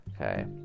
okay